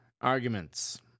Arguments